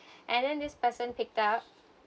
and then this person picked up